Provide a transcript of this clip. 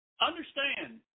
understand